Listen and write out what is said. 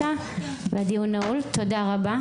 תודה רבה.